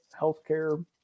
healthcare